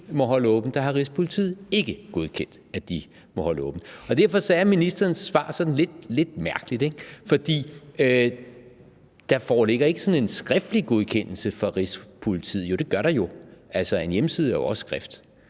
må holde åbent, har Rigspolitiet ikke godkendt, at de holder åbent. Derfor er ministerens svar lidt mærkeligt, for der bliver sagt, at der ikke foreligger sådan en skriftlig godkendelse fra Rigspolitiet. Jo, det gør der jo. Altså, en hjemmeside er jo også skrift.